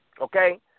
okay